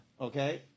Okay